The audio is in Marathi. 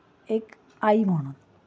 एक आई म्हणून